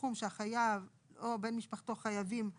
סכום שהחייב או בן משפחתו חייבים להם.